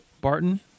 Barton